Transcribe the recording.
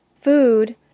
food